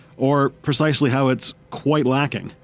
or precisely how it's quite lacking.